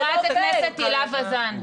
חברת הכנסת הילה וזאן,